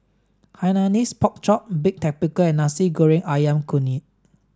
Hainanese pork chop baked tapioca and Nasi Goreng Ayam Kunyit